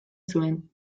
zuen